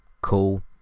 cool